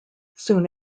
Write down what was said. soon